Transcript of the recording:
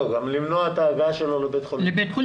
לא, גם למנוע את ההגעה שלו לבית חולים.